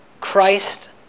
Christ